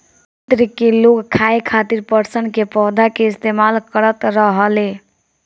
मिस्र के लोग खाये खातिर पटसन के पौधा के इस्तेमाल करत रहले